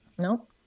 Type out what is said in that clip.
Nope